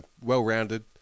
Well-rounded